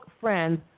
friends